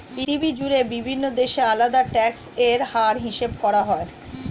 পৃথিবী জুড়ে বিভিন্ন দেশে আলাদা ট্যাক্স এর হার হিসাব করা হয়